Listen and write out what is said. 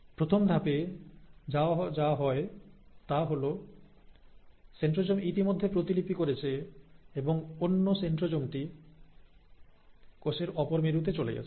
প্রথম ধাপে যাওয়া হয় তা হল সেন্ট্রোজোম ইতিমধ্যে প্রতিলিপি করেছে এবং অন্য সেন্ট্রোজোমটি কোষের অপর মেরুতে চলে গেছে